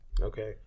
Okay